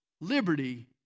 liberty